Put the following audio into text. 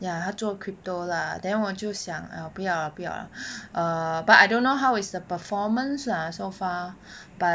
ya 他做 crypto lah then 我就想 !aiya! 不要 lah 不要 lah err but I don't know how is the performance lah so far